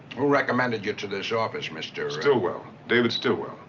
who recommended you to this office? mr. stillwell. david stillwell.